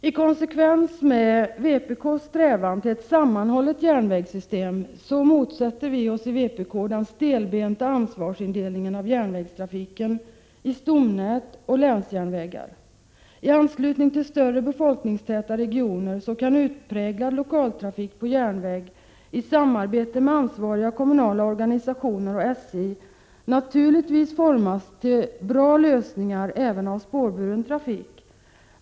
I konsekvens med vpk:s strävan till ett sammanhållet järnvägssystem motsätter vi oss den stelbenta ansvarsindelningen av järnvägstrafiken i stomnät och länsjärnvägar. I anslutning till större, befolkningstäta regioner kan utpräglad lokaltrafik på järnväg i samarbete med ansvariga kommunala organisationer och SJ naturligtvis formas till bra lösningar även av spårburen trafik.